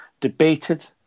debated